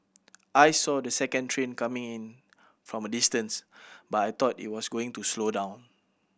I saw the second train coming in from a distance but I thought it was going to slow down